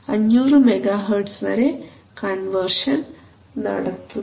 500 megahertz വരെ conversion നടത്തുന്നു